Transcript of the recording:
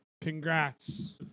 Congrats